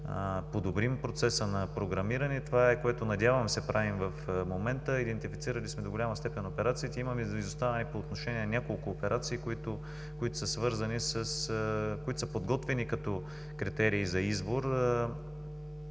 подобрим процеса на програмиране. Това е, което, надявам се, правим в момента. Идентифицирали сме до голяма степен операциите, имаме изостанали по отношение няколко операции, които са подготвени като критерии за избор,